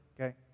okay